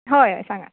हय सांगात